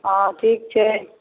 हँ ठीक छै